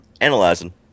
analyzing